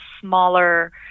smaller